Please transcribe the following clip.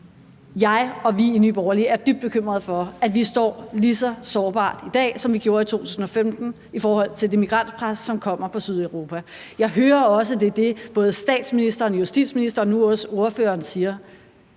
Jeg og vi i Nye Borgerlige er dybt bekymret for, at vi står lige så sårbart i dag, som vi gjorde i 2015 i forhold til det migrantpres, som kommer på Sydeuropa. Jeg hører også, at det er det, både statsministeren, justitsministeren og nu også ordføreren siger.